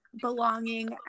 belonging